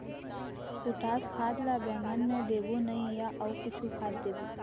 Potash खाद ला बैंगन मे देबो नई या अऊ कुछू खाद देबो?